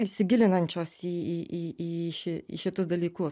įsigilinančios į į į į šį į šitus dalykus